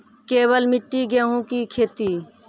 केवल मिट्टी गेहूँ की खेती?